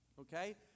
Okay